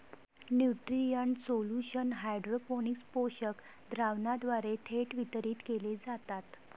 nutrient solution hydroponics पोषक द्रावणाद्वारे थेट वितरित केले जातात